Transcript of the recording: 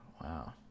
Wow